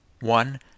One